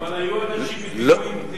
אבל היו אנשים עם פיגועים.